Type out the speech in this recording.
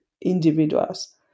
individuals